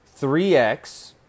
3X